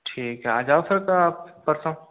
ठीक है आ जाओ फिर तो आप परसों